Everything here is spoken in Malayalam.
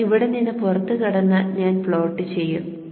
ഞാൻ ഇവിടെ നിന്ന് പുറത്തുകടന്നു ഞാൻ പ്ലോട്ട് ചെയ്യും